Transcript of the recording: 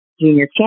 Junior